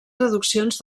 traduccions